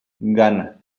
ghana